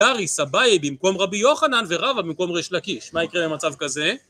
? אביי במקום רבי יוחנן ורבה במקום ריש לקיש מה יקרה במצב כזה